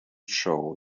show